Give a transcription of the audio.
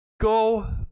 go